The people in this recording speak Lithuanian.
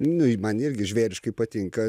nu ji man irgi žvėriškai patinka